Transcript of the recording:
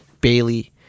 Bailey